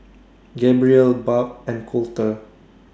Gabrielle Barb and Colter